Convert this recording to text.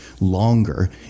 longer